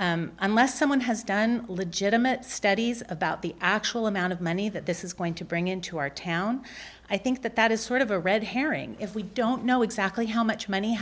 unless someone has done legitimate studies about the actual amount of money that this is going to bring into our town i think that that is sort of a red herring if we don't know exactly how much money